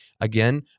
again